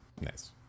Nice